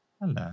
Hello